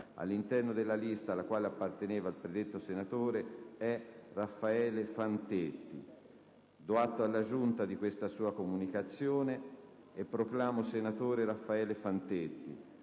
all'interno della lista alla quale apparteneva il predetto senatore è Raffaele Fantetti. Do atto alla Giunta di questa sua comunicazione e proclamo senatore Raffaele Fantetti.